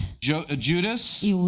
Judas